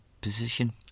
position